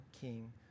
king